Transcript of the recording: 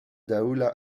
dawla